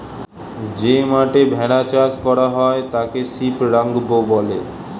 যে মাঠে ভেড়া চাষ করা হয় তাকে শিপ রাঞ্চ বলে